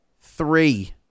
Three